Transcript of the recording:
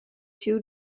two